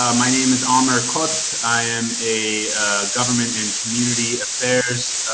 um my name is armor, quote, i am a government and community affairs.